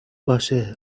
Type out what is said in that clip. باشه